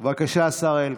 בבקשה, השר אלקין.